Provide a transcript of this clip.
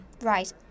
Right